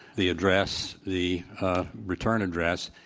the address, the return address,